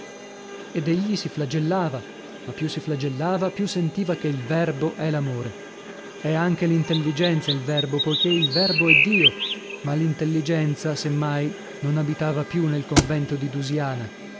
ed egli si flagellava ma più si flagellava più sentiva che il verbo è l'amore è anche l'intelligenza il verbo poichè il verbo è dio ma l'intelligenza se mai non abitava più nel convento di dusiana